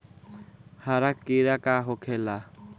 हरा कीड़ा का होखे ला?